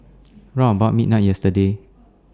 round about midnight yesterday